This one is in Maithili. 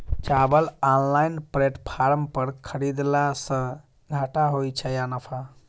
चावल ऑनलाइन प्लेटफार्म पर खरीदलासे घाटा होइ छै या नफा?